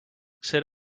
sit